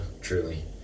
truly